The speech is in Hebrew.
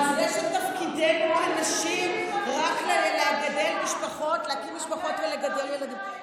על זה שתפקידנו כנשים רק להקים משפחות ולגדל ילדים,